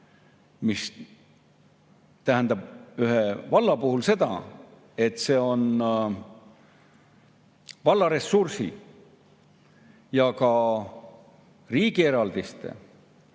mis tähendab ühe valla puhul seda, et seda tehakse valla ressursi ja ka riigi eraldiste